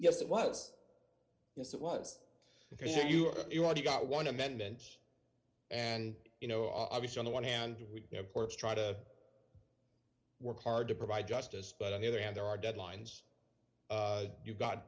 yes it was ok here you are you already got one amendment and you know obviously on the one hand we try to work hard to provide justice but on the other hand there are deadlines you got